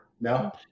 no